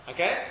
Okay